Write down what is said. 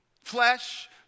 flesh